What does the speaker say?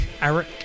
eric